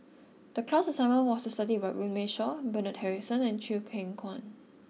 the class assignment was to study Runme Shaw Bernard Harrison and Chew Kheng Chuan